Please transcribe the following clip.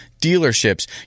dealerships